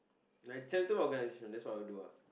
like charitable organisation that's what I would do ah